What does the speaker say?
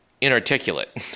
inarticulate